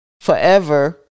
forever